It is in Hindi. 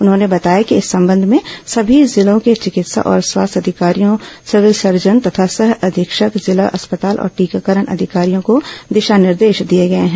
उन्होंने बताया कि इस संबंध में सभी जिलों के चिकित्सा और स्वास्थ्य अधिकारियों सिविल सर्जन तथा सह अधीक्षक जिला अस्पताल और टीकाकरण अधिकारियों को दिशा निर्देश दिए गए हैं